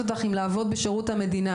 אותך אם את ממליצה לה לעבוד בשירות המדינה,